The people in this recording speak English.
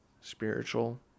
spiritual